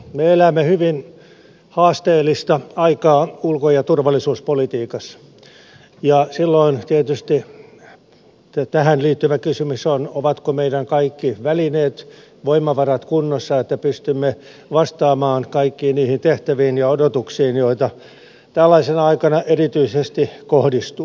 me elämme hyvin haasteellista aikaa ulko ja turvallisuuspolitiikassa ja silloin tietysti tähän liittyvä kysymys on ovatko meidän kaikki välineemme voimavaramme kunnossa että pystymme vastaamaan kaikkiin niihin tehtäviin ja odotuksiin joita tällaisena aikana erityisesti kohdistuu